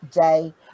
day